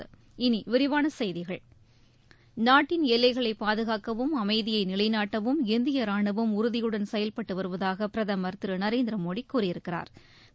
இனி விரிவான செப்திகள் நாட்டின் எல்லைகளை பாதுகாக்கவும் அமைதியை நிலைநாட்டவும் இந்திய ராணுவம் உறுதியுடன் செயல்பட்டு வருவதாக பிரதமா் திரு நரேந்திரமோடி கூறியிருக்கிறாா்